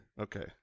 Okay